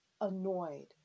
annoyed